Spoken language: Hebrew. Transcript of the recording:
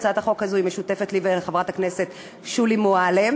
הצעת החוק הזאת משותפת לי ולחברת הכנסת שולי מועלם,